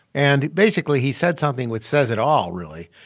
and basically, he said something which says it all, really,